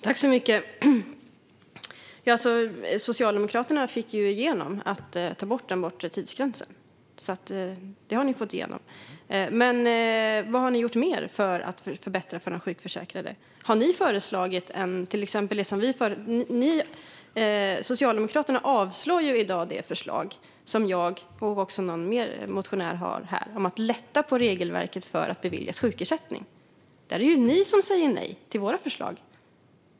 Fru talman! Socialdemokraterna fick igenom att ta bort den bortre tidsgränsen. Men vad har ni gjort mer för att förbättra för de sjukförsäkrade? Har ni föreslagit något? Socialdemokraterna avstyrker i dag till exempel det förslag som jag och också någon mer motionär har om att lätta på regelverket för att beviljas sjukersättning. Där är det ni som säger nej till våra förslag.